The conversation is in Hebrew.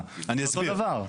אסביר.